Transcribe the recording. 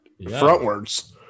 frontwards